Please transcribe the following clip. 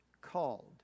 called